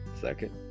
Second